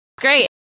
Great